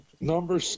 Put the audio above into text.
Number